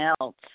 else